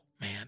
man